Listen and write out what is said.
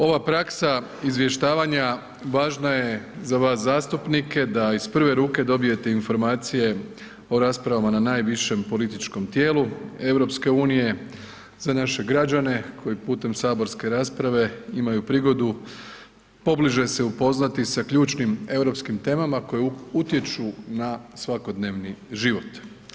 Ova praksa izvještavanja važna je za vas zastupnike da iz prve ruke dobijete informacije o raspravama na najvišem političkom tijelu EU, za naše građane koji putem saborske rasprave imaju prigodu pobliže se upoznati sa ključnim europskim temama koje utječu na svakodnevni život.